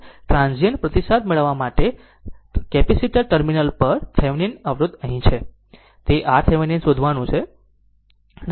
transient પ્રતિસાદ શોધવા માટે હવે કેપેસિટર ટર્મિનલ્સ પર થેવેનિન અવરોધ અહીં છે તમારે તે RThevenin શોધવાનું છે